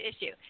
issue